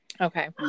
Okay